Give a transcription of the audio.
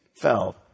fell